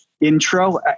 intro